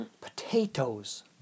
Potatoes